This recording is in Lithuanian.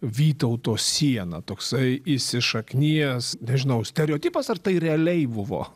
vytauto siena toksai įsišaknijęs nežinau stereotipas ar tai realiai buvo